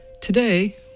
Today